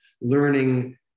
learning